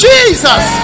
Jesus